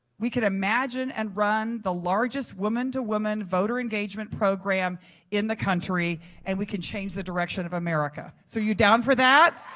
we can imagine and run the largest woman to woman voter engagement program in the country and we can change the direction of america. are so you down for that?